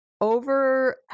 over